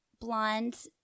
blonde